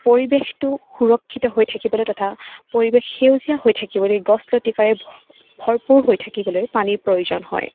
পৰিৱেশটো সুৰক্ষিত হৈ থাকিবলৈ তথা পৰিৱেশ সেউজীয়া হৈ থাকিবলৈ গছ লতিকাৰে ভৰপূৰ হৈ থাকিবলৈ পানীৰ প্ৰয়োজন হয়